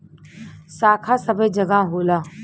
शाखा सबै जगह होला